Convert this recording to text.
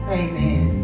amen